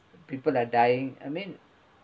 people are dying I mean